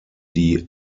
die